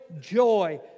joy